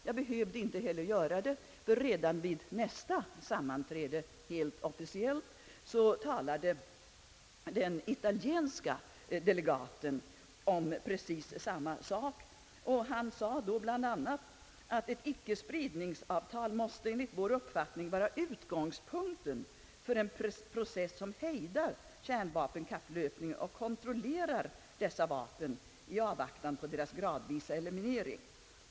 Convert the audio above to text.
Jag behövde inte heller göra det, ty redan vid nästa sammanträde talade den italienske delegaten, helt officiellt, och sade då bl.a. att Sveriges förslag var i överensstämmelse med vad FN förordat och att »ett icke-spridningsavtal måste enligt vår uppfattning vara utgångspunkten för en process som hejdar kärnvapenkapplöpningen och kontrollerar dessa vapen i avvaktan på deras gradvisa eliminering.